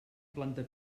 planta